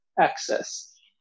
access